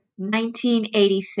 1986